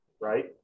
right